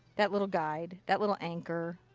that little guide. that little anchor.